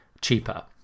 cheaper